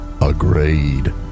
Agreed